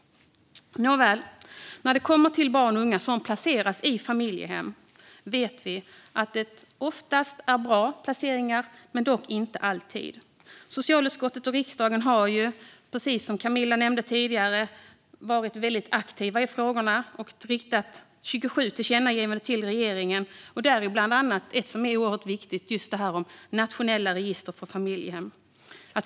När det gäller barn och unga som placeras i familjehem vet vi att det oftast är bra placeringar men att det inte alltid är så. Socialutskottet och riksdagen har ju, precis som Camilla nämnde tidigare, varit väldigt aktiva i dessa frågor och riktat 27 tillkännagivanden till regeringen, bland annat ett som är oerhört viktigt och som handlar om nationella register för familjehem.